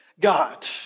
God